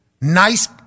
nice